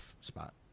spot